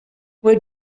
where